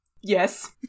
Yes